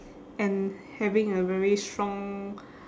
and having a very strong